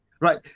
right